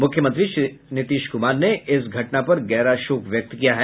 मुख्यमंत्री श्री नीतीश कुमार ने इस घटना पर गहरा शोक व्यक्त किया है